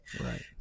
Right